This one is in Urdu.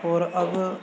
اور اب